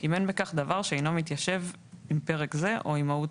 אם אין בכך דבר שאינו מתיישב עם פרק זה או עם מהות